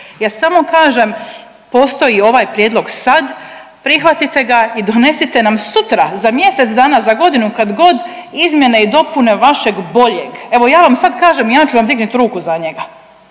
Ja samo kažem postoji ovaj prijedlog sad, prihvatite ga i donesite nam sutra, za mjesec dana, za godinu kadgod izmjene i dopune vašeg boljeg. Evo ja vam sad kažem ja ću vam dignut ruku za njega,